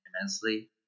immensely